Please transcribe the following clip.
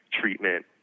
treatment